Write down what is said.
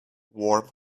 warm